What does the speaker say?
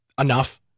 enough